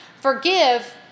Forgive